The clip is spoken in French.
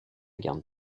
garde